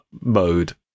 mode